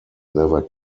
never